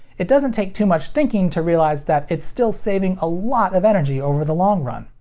it doesn't take too much thinking to realize that it's still saving a lot of energy over the long run.